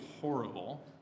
horrible